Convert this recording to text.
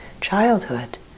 childhood